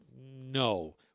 No